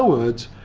words,